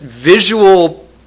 visual